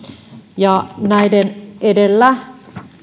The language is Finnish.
näiden edellä